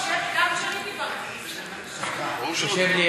זה הפריע